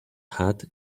hat